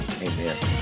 Amen